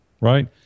right